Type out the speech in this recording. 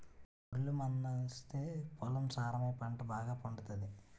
గొర్రెల మందాస్తే పొలం సారమై పంట బాగాపండుతాది